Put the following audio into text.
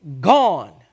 gone